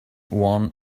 one